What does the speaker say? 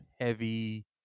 heavy